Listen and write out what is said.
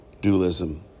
dualism